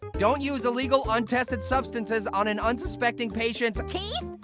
don't use illegal, untested substances on an unsuspecting patient's teeth?